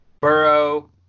burrow